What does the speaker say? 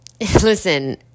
listen